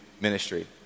ministry